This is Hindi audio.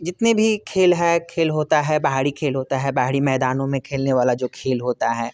जितने भी खेल हैं खेल होता है बाहरी खेल होता है बाहरी मैदानों में खेलने वाला जो खेल होता है